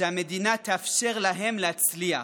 שהמדינה תאפשר להם להצליח.